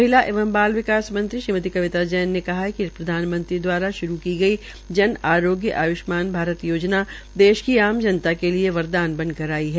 महिला एवं बाल विकास मंत्री श्रीमती कविता जैन ने कहा है कि प्रधानमंत्री द्वाराश्रूकी गई जन आरोग्य आय्ष्मान योजना देश की आम जनता के लिए वरदान बनकर आई है